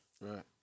right